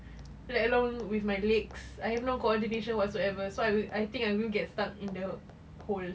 let alone with my legs I no coordination whatsoever so I will I think I will get stuck in the hole